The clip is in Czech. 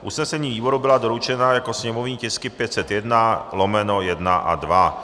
Usnesení výboru byla doručena jako sněmovní tisky 501/1 a 2.